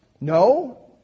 No